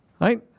Right